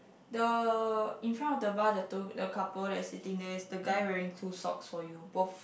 the in front of the bar the two the couple that's sitting there is the guy wearing two socks for you both